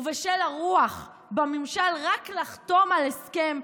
בשל הרוח של הממשל רק לחתום על הסכם,